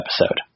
episode